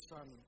Son